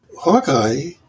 Hawkeye